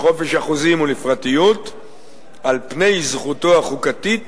לחופש החוזים ולפרטיות על פני זכותו החוקתית